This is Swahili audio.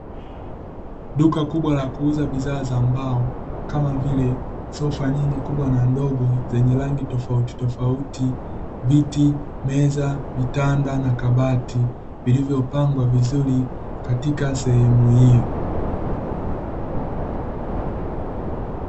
Duka kubwa la kuuza bidhaa za mbao kama vile: sofa nyingi kubwa na ndogo zenye rangi tofautitofauti, viti, meza, vitanda na kabati; vilivyopangwa vizuri katika sehemu hiyo.